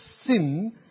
sin